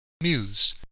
Muse